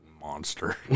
monster